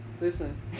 listen